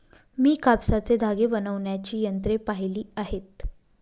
मी कापसाचे धागे बनवण्याची यंत्रे पाहिली आहेत